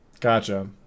Gotcha